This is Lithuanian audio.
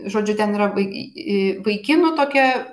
žodžiu ten yra vai i vaikinų tokia